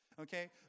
Okay